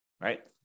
right